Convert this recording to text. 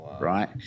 right